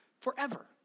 forever